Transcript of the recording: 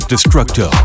Destructo